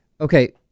Okay